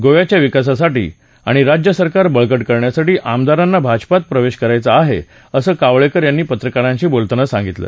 गोव्याच्या विकासासाठी आणि राज्यसरकार बळकट करण्यासाठी आमदारांना भाजपात प्रवेश करायचं आहे असं कावळेकर यांनी पत्रकारांशी बोलताना सांगितलं